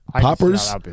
poppers